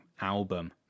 album